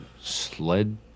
Sled